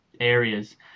areas